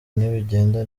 nibigenda